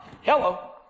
Hello